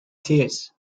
tears